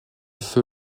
feu